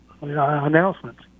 announcements